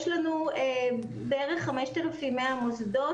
אם אינני טועה, יש לנו כ- 5,100 מוסדות.